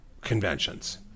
conventions